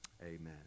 amen